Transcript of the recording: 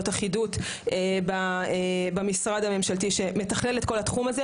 אחידות במשרד הממשלתי שמתכלל את כל התחום הזה,